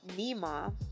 Nima